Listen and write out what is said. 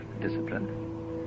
discipline